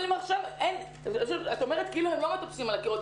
את אומרת כאילו הם לא מטפסים על הקירות.